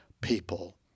people